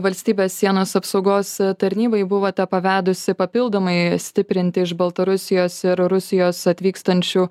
valstybės sienos apsaugos tarnybai buvote pavedusi papildomai stiprinti iš baltarusijos ir rusijos atvykstančių